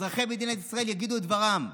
אזרחי מדינת ישראל יגידו את דברם.